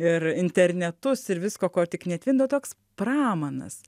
ir internetus ir visko ko tik ne tvindo toks pramanas